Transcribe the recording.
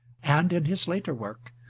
and, in his later work,